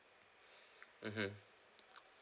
mmhmm